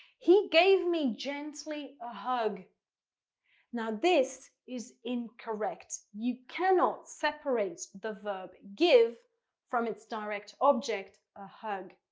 he gave me gently a hug now this is incorrect. you cannot separate the verb give from its direct object a hug.